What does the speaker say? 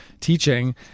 teaching